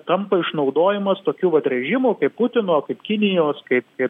tampa išnaudojamos tokių vat režimų kaip putino kaip kinijos kaip kaip